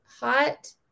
hot